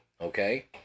okay